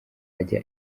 ajya